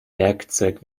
werkzeug